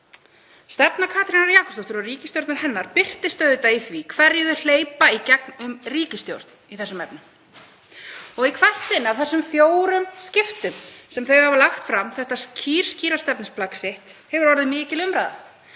Stefna Katrínar Jakobsdóttur og ríkisstjórnar hennar birtist auðvitað í því hverju þau hleypa í gegnum ríkisstjórn í þessum efnum. Í hvert sinn af þessum fjórum skiptum sem þau hafa lagt fram þetta kýrskýra stefnuplagg sitt hefur orðið mikil umræða,